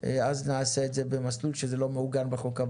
אז נעשה את זה במסלול שזה לא מעוגן בחוק.